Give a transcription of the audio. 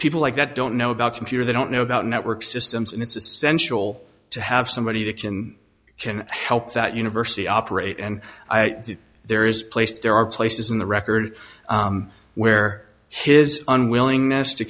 people like that don't know about computer they don't know about network systems and it's essential to have somebody to can help that university operate and there is placed there are places in the record where his unwillingness to